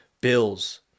bills